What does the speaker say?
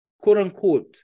quote-unquote